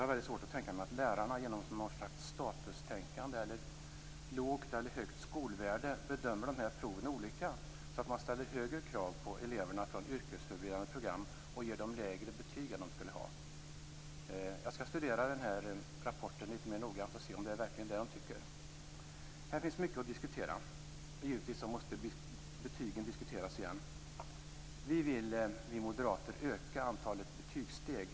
Jag har svårt att tänka mig att lärarna genom något slags statustänkande om lågt eller högt skolvärde bedömer proven olika, så att de ställer högre krav på eleverna från yrkesförberedande program och ger dem lägre betyg än de skulle ha. Jag skall studera rapporten lite mer noggrant och se om det verkligen är så. Här finns mycket att diskutera. Givetvis måste betygen diskuteras igen. Vi moderater vill öka antalet betygssteg.